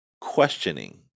questioning